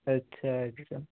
ਅੱਛਾ ਅੱਛਾ